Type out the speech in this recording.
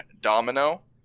Domino